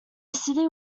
city